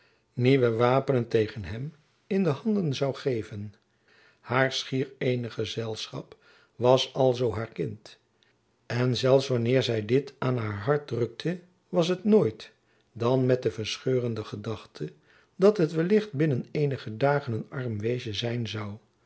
nieuwe wapenen tegen hem in de handen zoû geven haar schier eenig gezelschap was alzoo haar kind en zelfs wanneer zy dit aan haar hart drukte was het nooit dan met de verscheurende gedachte dat het wellicht binnen weinige dagen een arm weesjen zijn zoû